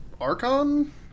Archon